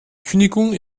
kündigung